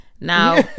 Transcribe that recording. Now